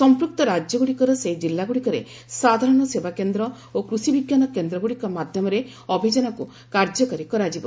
ସମ୍ପୁକ୍ତ ରାଜ୍ୟଗ୍ରଡ଼ିକର ସେହି ଜିଲ୍ଲାଗୁଡ଼ିକରେ ସାଧାରଣ ସେବାକେନ୍ଦ୍ର ଓ କୃଷି ବିଜ୍ଞାନ କେନ୍ଦ୍ରଗୁଡ଼ିକ ମାଧ୍ୟମରେ ଅଭିଯାନକୁ କାର୍ଯ୍ୟକାରୀ କରାଯିବ